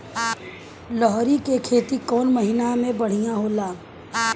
लहरी के खेती कौन महीना में बढ़िया होला?